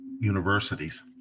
universities